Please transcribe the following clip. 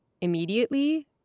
immediately